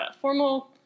formal